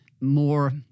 more